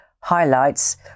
highlights